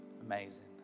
Amazing